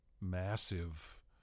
massive